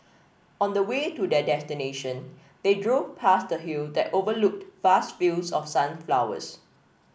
on the way to their destination they drove past a hill that overlooked vast fields of sunflowers